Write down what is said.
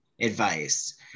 advice